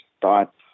thoughts